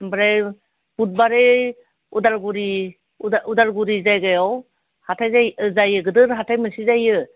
ओमफ्राय बुधबारै उदालगुरि उदा उदालगुरि जायगायाव हाथाइ जायो जायो गोदोनो हाथाइ मोनसे जायो